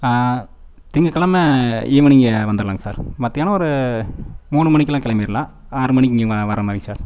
திங்கக்கிழம ஈவினிங்கே வந்துடலாங் சார் மத்தியானம் ஒரு மூணு மணிக்கெல்லாம் கிளம்பிர்லாம் ஆறு மணிக்கு இங்கே வர மாரிங்க சார்